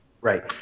Right